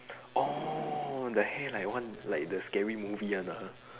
orh the hair like one like the scary movie one ah